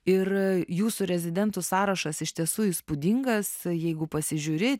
ir jūsų rezidentų sąrašas iš tiesų įspūdingas jeigu pasižiūri